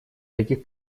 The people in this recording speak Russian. таких